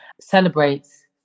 celebrates